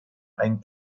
ein